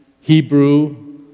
Hebrew